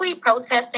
protesting